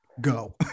go